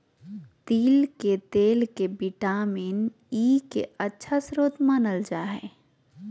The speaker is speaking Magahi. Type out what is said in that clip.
तिल के तेल के विटामिन ई के अच्छा स्रोत मानल जा हइ